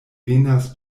venas